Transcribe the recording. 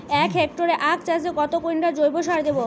এক হেক্টরে আখ চাষে কত কুইন্টাল জৈবসার দেবো?